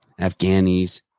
Afghanis